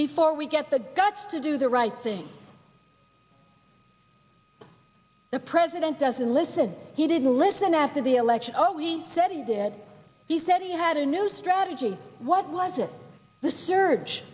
before we get the guts to do the right thing the president doesn't listen he didn't listen after the election oh he said he did he said he had a new strategy what was it the s